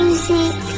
Music